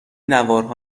نوارها